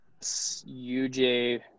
uj